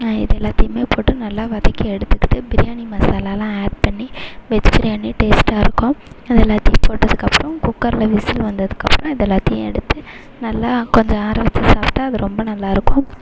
இது எல்லாத்தையுமே போட்டு நல்லா வதக்கி எடுத்துக்கிட்டு பிரியாணி மசாலாலாம் ஆட் பண்ணி வெஜ் பிரியாணி டேஸ்டாக இருக்கும் எல்லாத்தையும் போட்டதுக்கப்புறம் குக்கரில் விசில் வந்ததுக்கப்பறம் இது எல்லாத்தையும் எடுத்து நல்லா கொஞ்சம் ஆற வச்சு சாப்பிட்டா அது ரொம்ப நல்லா இருக்கும்